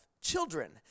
children